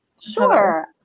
Sure